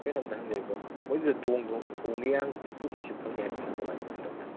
ꯀꯩꯅꯣꯝꯇ ꯍꯪꯖꯒꯦꯀꯣ ꯃꯣꯏꯗꯨꯗ ꯊꯣꯡꯒꯤ ꯇꯤꯛꯀꯨꯝꯕꯩꯁꯨ ꯐꯪꯅꯤ ꯍꯥꯏꯕꯗꯨꯅ ꯀꯃꯥꯏ ꯀꯃꯥꯏꯅ ꯇꯧꯖꯥꯠꯅꯣ